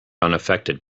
unaffected